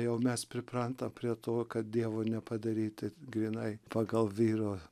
jau mes priprantam prie to kad dievo nepadaryti grynai pagal vyro